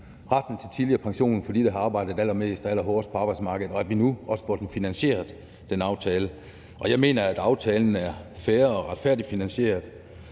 retten til tidligere pension for dem, der arbejder allermest og allerhårdest på arbejdsmarkedet, og at vi nu også får den aftale finansieret. Og jeg mener, at aftalen er fair og retfærdigt finansieret.